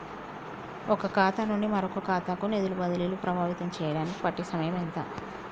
ఒక ఖాతా నుండి మరొక ఖాతా కు నిధులు బదిలీలు ప్రభావితం చేయటానికి పట్టే సమయం ఎంత?